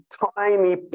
tiny